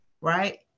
right